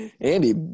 Andy